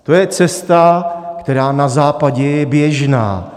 To je cesta, která na Západě je běžná.